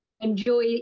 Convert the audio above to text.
enjoy